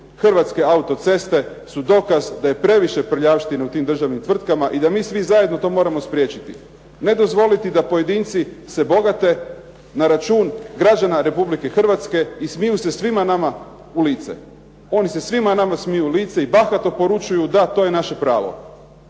Hrvatske autoceste su dokaz da je previše prljavštine u tim državnim tvrtkama i da sve to zajedno mi moramo spriječiti. Ne dozvoliti da pojedinci se bogate na račun građana Republike Hrvatske i svima nama se smiju u lice. Oni se svima nama smiju u lice i bahato poručuju to je naše pravo.